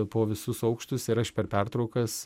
po visus aukštus ir aš per pertraukas